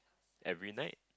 every night